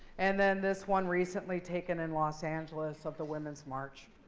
and then, this one recently taken in los angeles of the women's march.